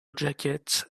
jacket